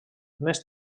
més